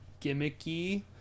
gimmicky